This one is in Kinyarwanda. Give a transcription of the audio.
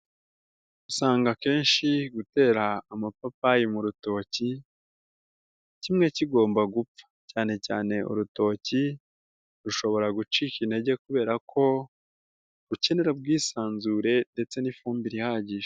Usanga akenshi gutera amapapayi mu rutoki kimwe kigomba gupfa cyane cyane urutoki rushobora gucika intege ,kubera ko rukenera ubwisanzure ndetse n'ifumbire ihagije.